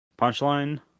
Punchline